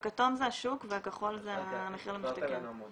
הכתום זה השוק והכחול זה ה'מחיר למשתכן'.